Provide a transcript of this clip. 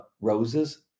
roses